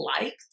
liked